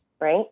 right